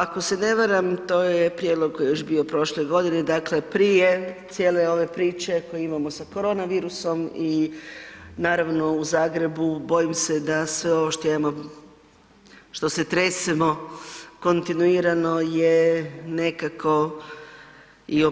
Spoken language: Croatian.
Ako se ne varam to je prijedlog koji je još bio prošle godine, dakle prije cijele ove priče koju imamo sa korona virusom i naravno u Zagrebu bojim se da sve ovo što imamo, što se tresemo kontinuirano je nekako i